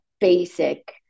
basic